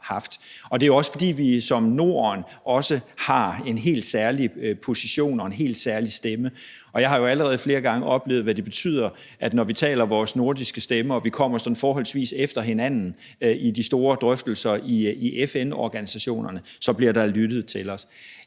Og det er jo også, fordi vi som Norden har en helt særlig position og en helt særlig stemme. Og jeg har jo allerede flere gange oplevet, hvad det betyder, nemlig at når vi taler med vores nordiske stemme og vi kommer sådan forholdsvis lige efter hinanden i de store drøftelser i FN-organisationerne, så bliver der lyttet til os.